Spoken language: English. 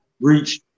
reach